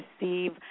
receive